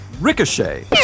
Ricochet